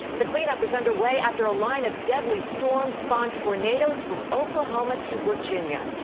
the clean up is underway after a line of deadly storms spawned tornadoes from oklahoma to virginia.